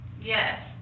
Yes